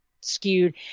skewed